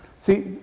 See